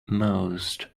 most